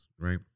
right